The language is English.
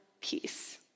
peace